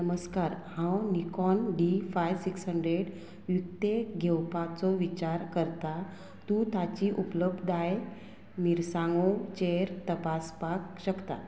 नमस्कार हांव Nikon D five six hundred विकतें घेवपाचो विचार करता तूं ताची उपलब्धताय मिरसांगो चेर तपासपाक शकता